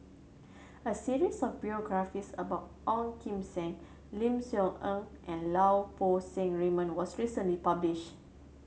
a series of biographies about Ong Kim Seng Lim Soo Ngee and Lau Poo Seng Raymond was recently publish